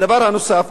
דבר נוסף,